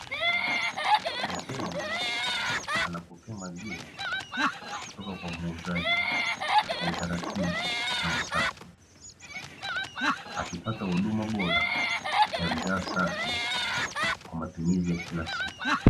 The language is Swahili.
Mteja anapokea maziwa kutoka kwa muuzaji kwa utaratibu na usafi akipata huduma bora ya bidhaa safi kwa matumizi ya kila siku.